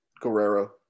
Guerrero